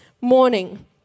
morning